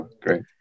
great